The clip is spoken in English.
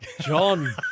John